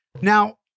Now